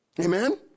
Amen